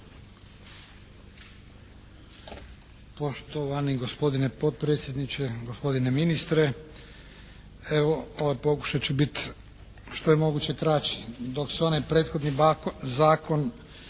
Poštovani gospodine potpredsjedniče, gospodine ministre! Evo, pokušat ću bit što je moguće kraći. Dok se onaj prethodni zakon